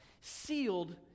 sealed